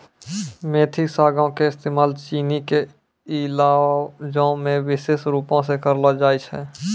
मेथी सागो के इस्तेमाल चीनी के इलाजो मे विशेष रुपो से करलो जाय छै